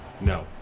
no